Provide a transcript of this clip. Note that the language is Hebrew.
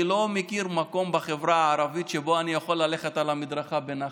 אני לא מכיר מקום בחברה הערבית שבו אני יכול ללכת על המדרכה בנחת.